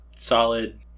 solid